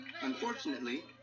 Unfortunately